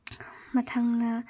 ꯃꯊꯪꯅ